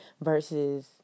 versus